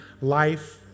life